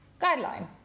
guideline